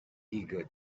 eager